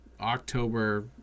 October